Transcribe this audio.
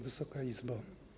Wysoka Izbo!